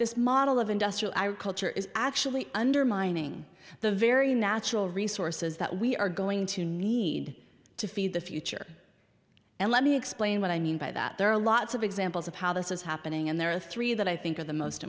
this model of industrial culture is actually undermining the very natural resources that we are going to need to feed the future and let me explain what i mean by that there are lots of examples of how this is happening and there are three that i think of the most